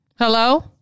Hello